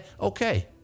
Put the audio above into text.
okay